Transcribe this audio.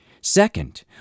Second